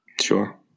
Sure